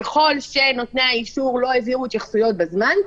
ככל שנותני האישור לא העבירו התייחסויות בזמן,